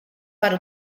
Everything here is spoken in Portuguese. para